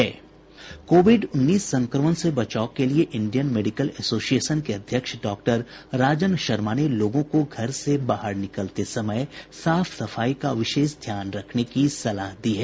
Covid उन्नीस संक्रमण से बचाव के लिए इंडियन मेडिकल एसोसिएशन के अध्यक्ष डॉक्टर राजन शर्मा ने लोगों को घर से बाहर निकलते समय साफ सफाई का विशेष ध्यान रखने की सलाह दी है